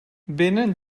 vénen